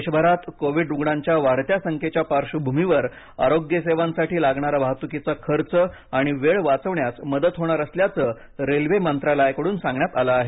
देशभरात कोविड रुग्णांच्या वाढत्या संख्येच्या पार्बभूमीवर आरोग्य सेवांसाठी लागणारा वाहतुकीचा खर्च आणि वेळ वाचवण्यास मदत होणार असल्याचं रेल्वे मंत्रालयाकडून सांगण्यात आलं आहे